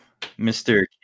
Mr